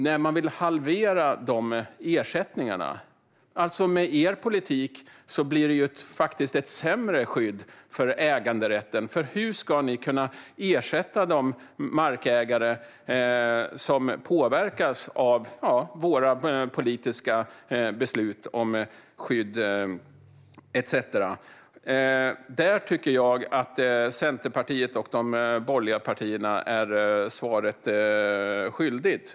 Ni vill halvera dessa ersättningar. Med er politik blir skyddet för äganderätten faktiskt sämre. Hur ska ni kunna ersätta de markägare som påverkas av våra politiska beslut om skydd och så vidare? Där tycker jag att Centerpartiet och de borgerliga partierna är svaret skyldiga.